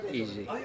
easy